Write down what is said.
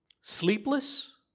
Sleepless